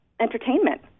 entertainment